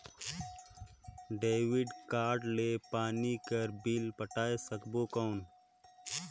Debit card ले पानी कर बिल पटाय सकबो कौन?